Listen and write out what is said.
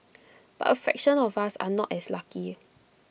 but A fraction of us are not as lucky